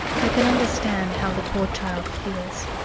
i can understand how the poor child feels.